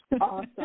Awesome